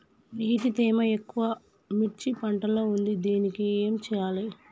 నీటి తేమ ఎక్కువ మిర్చి పంట లో ఉంది దీనికి ఏం చేయాలి?